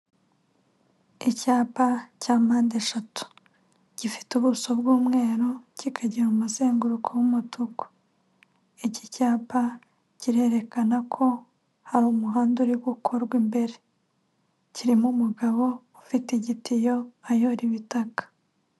Icyapa cya mpande eshatu gifite ubuso bw'umweru kikagira umuzenguruko w'umutuku, iki cyapa kirerekana ko hari umuhanda uri gukorwa imbere kirimo umugabo ufite igitiyo ayora ibitaka.